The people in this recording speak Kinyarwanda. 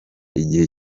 igihe